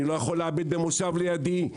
אני לא יכול לעבד במושב לידי,